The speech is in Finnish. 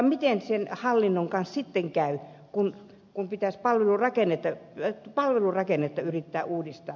miten sen hallinnon kanssa sitten käy kun pitäisi palvelurakennetta yrittää uudistaa